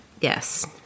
Yes